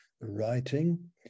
writing